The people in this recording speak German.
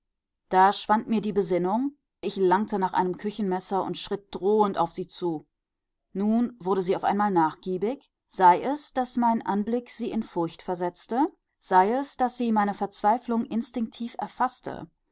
da schwand mir die besinnung ich langte nach einem küchenmesser und schritt drohend auf sie zu nun wurde sie auf einmal nachgiebig sei es daß mein anblick sie in furcht versetzte sei es daß sie meine verzweiflung instinktiv erfaßte